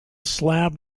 slab